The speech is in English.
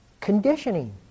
Conditioning